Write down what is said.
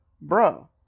bro